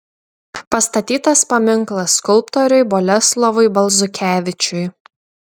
pastatytas paminklas skulptoriui boleslovui balzukevičiui